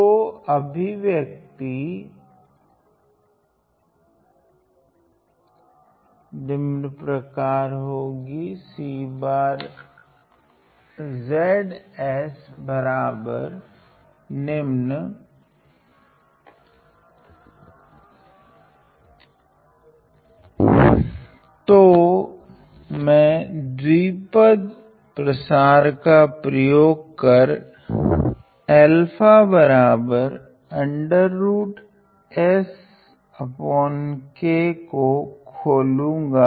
तो अभिव्यक्ति तो मैं द्विपद प्रसार का प्रयोग कर को खोलूगा